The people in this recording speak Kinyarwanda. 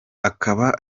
akaba